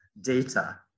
data